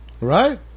Right